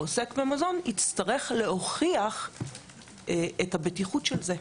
העוסק במזון יצטרך להוכיח את הבטיחות של זה.